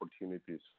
opportunities